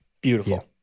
beautiful